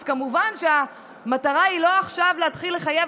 אז כמובן שהמטרה היא לא עכשיו להתחיל לחייב